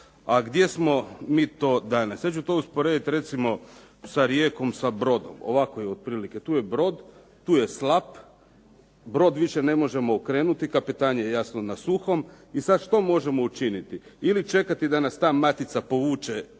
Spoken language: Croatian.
A gdje smo mi to danas? Ja ću to usporediti recimo sa rijekom, sa brodom? Ovako je otprilike. Tu je brod. Tu je slap. Brod više ne možemo okrenuti, kapetan je jasno na suhom. I sad što možemo učiniti? Ili čekati da nas ta matica povuče